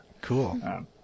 Cool